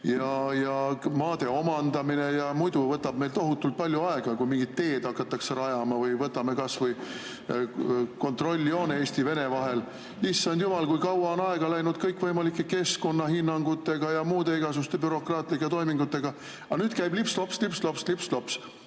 ja maade omandamine … Muidu võtab meil tohutult palju aega, kui mingit teed hakatakse rajama. Või võtame kas või kontrolljoone Eesti-Vene vahel – issand jumal, kui kaua on aega läinud kõikvõimalike keskkonnahinnangutega ja igasuguste muude bürokraatlike toimingutega! Aga nüüd käib lips-lops, lips-lops, lips-lops,